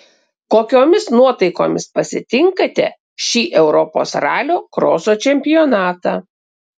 kokiomis nuotaikomis pasitinkate šį europos ralio kroso čempionatą